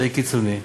אמצעי קיצוני,